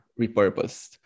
repurposed